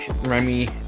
Remy